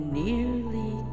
nearly